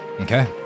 Okay